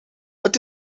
het